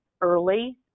early